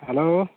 hello